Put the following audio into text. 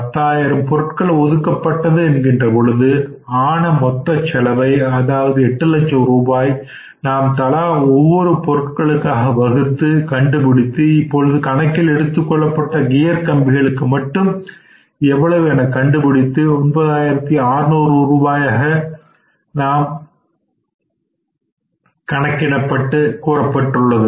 பத்தாயிரம் பொருட்கள் ஒதுக்கப்பட்டது என்கின்ற பொழுது ஆன மொத்த செலவை அதாவது எட்டு லட்சம் ரூபாய் நாம் தலா ஒவ்வொரு பொருட்களுக்காக வகுத்து கண்டுபிடித்து இப்பொழுது கணக்கில் எடுத்துக் கொண்டுள்ள கியர் கம்பிக்கு மட்டும் எவ்வளவு என கண்டுபிடித்தது 9600 ரூபாயாக கூறப்பெற்றுள்ளது